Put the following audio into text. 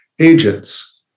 agents